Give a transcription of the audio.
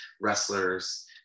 wrestlers